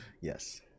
Yes